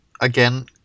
Again